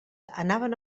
anaven